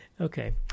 Okay